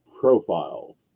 profiles